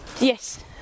Yes